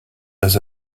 dass